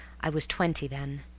i was twenty then,